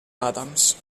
adams